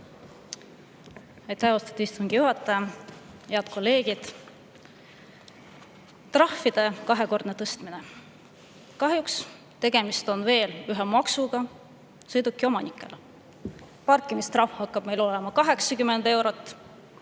Aitäh, austatud istungi juhataja! Head kolleegid! Trahvide kahekordne tõstmine – kahjuks on tegemist veel ühe maksuga sõidukiomanikele. Parkimistrahv hakkab meil olema 80 eurot,